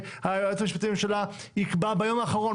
והיועץ המשפטי לממשלה יקבע ביום האחרון,